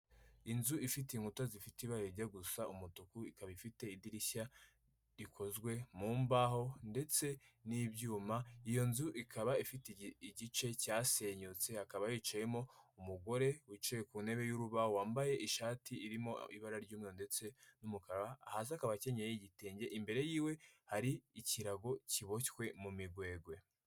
Inzu ifite inkuta zifite ibara rijya gusa umutuku ikaba ifite idirishya rikozwe mu mbaho ndetse n'ibyuma iyo nzu ikaba ifite igice cyasenyutse hakaba hicayemo umugore wicaye ku ntebe y'urubaho wambaye ishati irimo ibara ry'umweru ndetse n'umukara hasi akaba akenyeye igitenge imbere yiwe hari ikirago kiboshywe mu migwegwe.